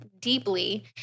deeply